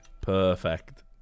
Perfect